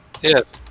Yes